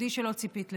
תודי שלא ציפית לזה.